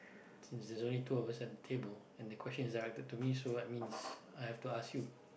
since there's only two of us at the table and the question is directed to me so that means I have to ask you